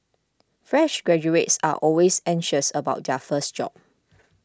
fresh graduates are always anxious about their first job